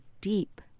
deep